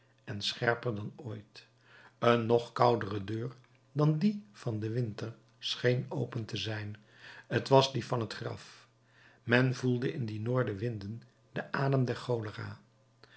en scherper dan ooit een nog koudere deur dan die van den winter scheen open te zijn t was die van het graf men voelde in die noordenwinden den adem der cholera